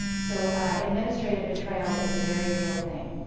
so administrative betrayal is a very real thing.